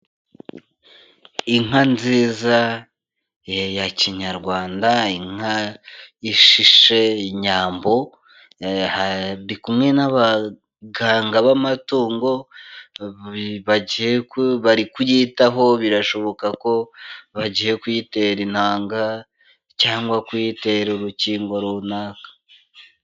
Inka nziza ya kinyarwanda, inka ishishe, ishyambo. ndiku n'abaganga b'amatungo bari kuyitaho, birashoboka ko bagiye kuyitera intanga cyangwa kuyitera urukingo runaka.